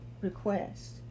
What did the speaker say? request